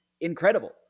incredible